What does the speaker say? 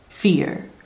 Fear